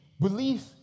Belief